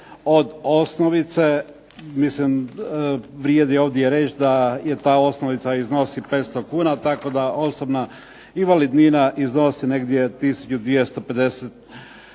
od osnovice. Mislim vrijedi ovdje reći da je ta osnovica iznosi 500 kuna, tako da osobna invalidnina iznosi negdje tisuću 250 kuna